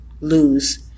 lose